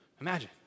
Imagine